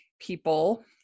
people